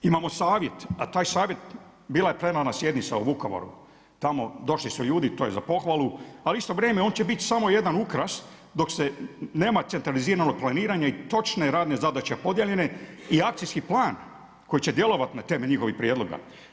Imamo Savjet, a taj Savjet bila je plenarna sjednica u Vukovaru, tamo došli su ljudi, to je za pohvalu, ali u isto vrijeme on će biti samo jedan ukras dok se nema centraliziranog planiranja i točne radne zadaće podijeljene i akcijski plan koji će djelovati na temelju njihovih prijedloga.